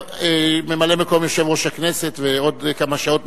ממלא-מקום יושב-ראש הכנסת ועוד כמה שעות,